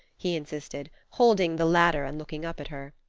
he insisted, holding the ladder and looking up at her.